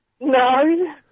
No